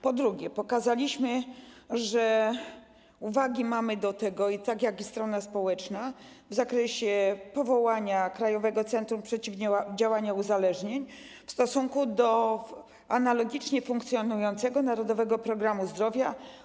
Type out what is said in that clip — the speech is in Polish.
Po drugie, pokazaliśmy, że mamy uwagi do tego, tak jak i strona społeczna, w zakresie powołania Krajowego Centrum Przeciwdziałania Uzależnieniom, w stosunku do analogicznie funkcjonującego „Narodowego programu zdrowia”